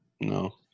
No